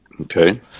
Okay